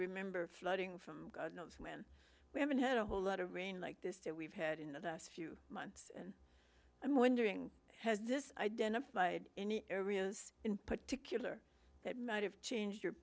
remember flooding from when we haven't had a whole lot of rain like this that we've had in the last few months and i'm wondering has this identified any areas in particular that might have changed your